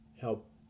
help